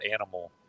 animal